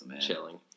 chilling